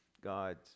God